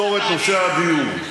לפתור את נושא הדיור.